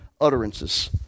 utterances